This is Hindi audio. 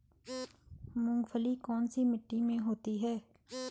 मूंगफली कौन सी मिट्टी में होती है?